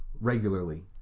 regularly